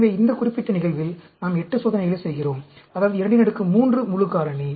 எனவே இந்த குறிப்பிட்ட நிகழ்வில் நாம் 8 சோதனைகளை செய்கிறோம் அதாவது 23 முழு காரணி